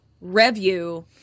review